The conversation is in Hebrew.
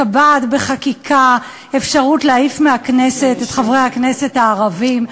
מקבעת בחקיקה אפשרות להעיף מהכנסת את חברי הכנסת הערבים.